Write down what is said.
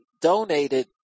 donated